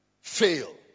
fail